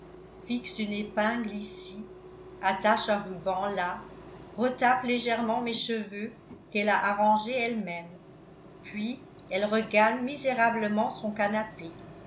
fixe une épingle ici attache un ruban là retape légèrement mes cheveux qu'elle a arrangés elle-même puis elle regagne misérablement son canapé